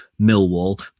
Millwall